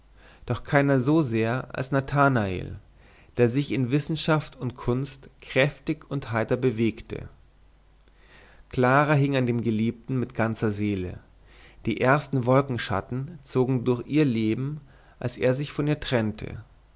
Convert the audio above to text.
doch keiner so sehr als nathanael der sich in wissenschaft und kunst kräftig und heiter bewegte clara hing an dem geliebten mit ganzer seele die ersten wolkenschatten zogen durch ihr leben als er sich von ihr trennte